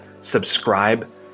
subscribe